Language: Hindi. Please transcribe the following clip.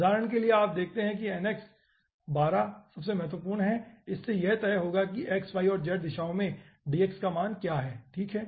उदाहरण के लिए आप देखते हैं कि nx 121 बहुत महत्वपूर्ण है इससे यह तय होगा कि x y और z दिशाओं में dx मान क्या होगा ठीक है